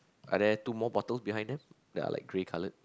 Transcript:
are there two more bottles behind them that are like grey coloured